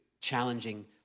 challenging